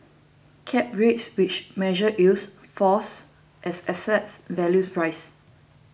cap rates which measure yields falls as assets values rise